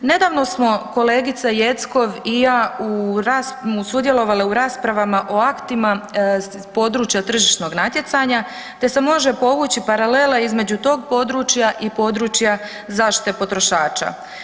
Nedavno smo kolegica Jeckov i ja sudjelovale u raspravama o aktima iz područja tržišnog natjecanja, te se može povući paralela između tog područja i područja zaštite potrošača.